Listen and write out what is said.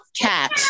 cat